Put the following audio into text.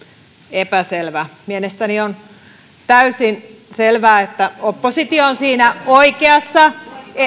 epäselvä mielestäni on täysin selvää että oppositio on siinä oikeassa